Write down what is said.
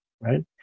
right